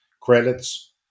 credits